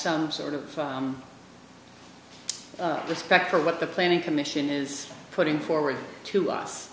some sort of respect for what the planning commission is putting forward to us